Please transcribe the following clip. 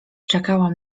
czekałam